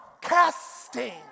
casting